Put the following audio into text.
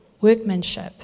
workmanship